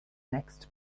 next